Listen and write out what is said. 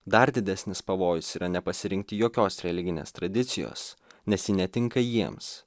dar didesnis pavojus yra nepasirinkti jokios religinės tradicijos nes ji netinka jiems